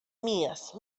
mías